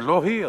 ולא היא,